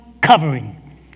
covering